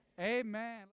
amen